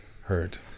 hurt